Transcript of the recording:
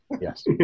Yes